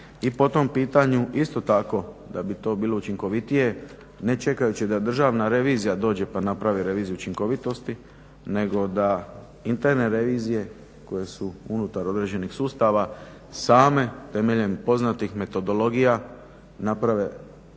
I po tom pitanju isto tako da bi to bilo učinkovitije ne čekajući da Državna revizija dođe pa napravi reviziju učinkovitosti nego da interne revizije koje su unutar određenih sustava same temeljem poznatih metodologija naprave revizije